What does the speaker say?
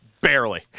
Barely